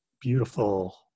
beautiful